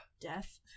Death